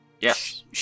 Yes